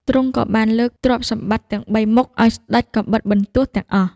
ទ្រង់ក៏បានលើកទ្រព្យសម្បត្តិទាំងបីមុខឱ្យស្ដេចកាំបិតបន្ទោះទាំងអស់។